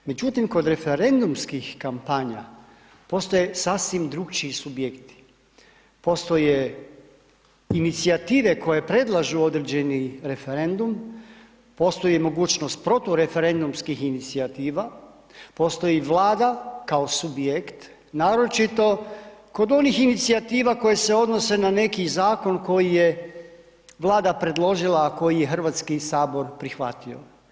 Međutim kod referendumskih kampanja postoje sasvim drukčiji subjekti, postoje inicijative koje predlažu određeni referendum, postoji mogućnost protureferendumskih inicijativa, postoji Vlada kao subjekt, naročito kod onih inicijativa koje se odnose na neki Zakon koji je Vlada predložila, a koji je Hrvatski sabor prihvatio.